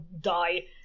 die